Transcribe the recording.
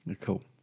cool